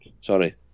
Sorry